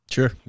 Sure